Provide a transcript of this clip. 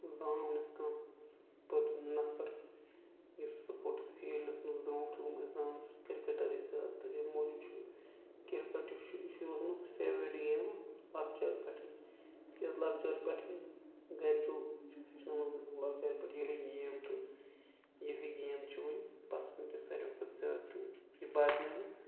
زانہون أسۍ کانٛہہ سُہ پَتہٕ نفر یُس سپوٹٕس فیٖلڈَس منٛز برونٛٹھ چھُ أسۍ زانہون سُہ کِرکَٹَرٕے زیادٕ تہٕ ییٚمہِ موٗجوٗب چھِ کِرکَٹ یُس چھِ یہِ روٗزمٕژ فیورِٹ گیم لۄکچارٕ پٮ۪ٹھٕے تِکیٛازِ لۄکچارٕ پٮ۪ٹھٕے گَرِکیو چھِکھ ہیٚچھناوان لۄکچارٕ پٮ۪ٹھٕے یِہٕے گیم تہٕ یِہٕے گیم چھِ وۄنۍ پَسنٛد تہِ ساروے کھۄتہٕ زیادٕ یہِ بَدلہِ نہٕ